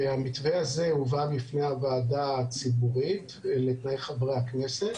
והמתווה הזה הובא בפני הוועדה הציבורית לתנאי חברי הכנסת,